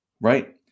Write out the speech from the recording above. right